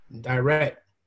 direct